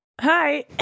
hi